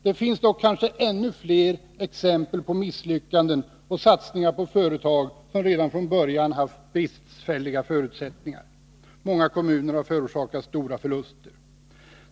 Det finns dock kanske ännu fler exempel på misslyckanden och satsningar på företag som redan från början haft bristfälliga förutsättningar. Många kommuner har förorsakats stora förluster.